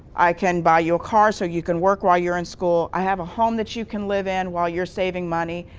i can buy you a car so you can work while you're in school. i have a home you can live in while you're saving money.